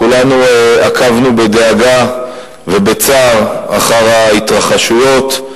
כולנו עקבנו בדאגה ובצער אחר ההתרחשויות.